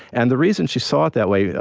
and the reason she saw it that way,